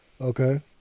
Okay